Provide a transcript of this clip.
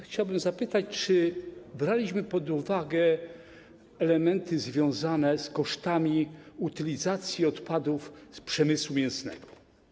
Chciałbym zapytać, czy braliśmy pod uwagę elementy związane z kosztami utylizacji odpadów z przemysłu mięsnego.